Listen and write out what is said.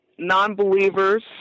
non-believers